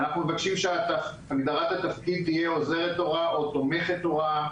אנחנו מבקשים שהגדרת התפקיד יהיה עוזרת הוראה או תומכת הוראה.